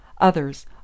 Others